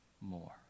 more